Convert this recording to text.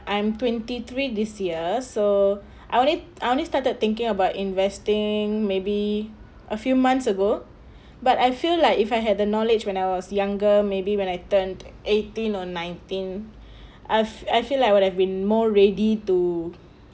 I'm twenty three this year so I only I only started thinking about investing maybe a few months ago but I feel like if I had the knowledge when I was younger maybe when I turned eighteen or nineteen I've I feel like I would've been more ready to